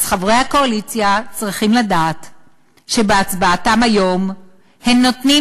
חברי הקואליציה צריכים לדעת שבהצבעתם היום הם נותנים